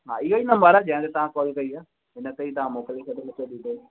हा इहो ई नंबर आहे जंहिं ते तव्हां कॉल कई आहे हिन ते ई तव्हां मोकिले छॾो सभु डिटेल